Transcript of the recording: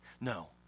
No